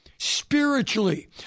Spiritually